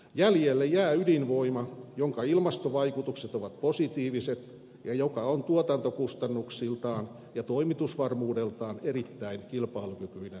jäljelle jää ydinvoima jonka ilmastovaikutukset ovat positiiviset ja joka on tuotantokustannuksiltaan ja toimitusvarmuudeltaan erittäin kilpailukykyinen vaihtoehto